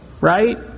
right